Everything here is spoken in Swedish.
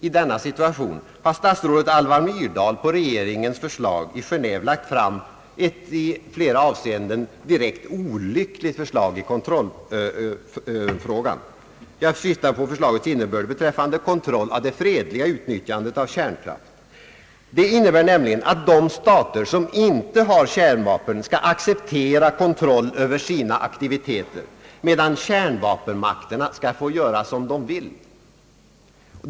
I denna situation har statsrådet Alva Myrdal på regeringens förslag i Geneve lagt fram ett i sammanhanget i flera avseenden direkt olyckligt förslag i kontrollfrågan. Jag syftar på förslagets innebörd beträffande kontroll av det fredliga utnyttjandet av kärnkraft. Det innebär nämligen att de stater som inte har kärnvapen skall acceptera kontroll över sina aktiviteter, medan kärnvapenmakterna skall få göra som de vill.